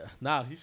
nah